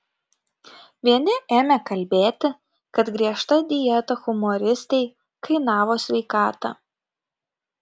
vieni ėmė kalbėti kad griežta dieta humoristei kainavo sveikatą